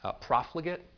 profligate